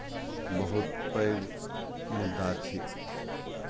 बहुत पैघ मुद्दा छी